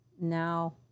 now